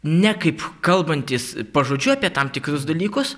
ne kaip kalbantys pažodžiui apie tam tikrus dalykus